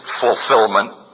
fulfillment